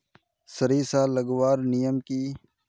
सरिसा लगवार नियम की?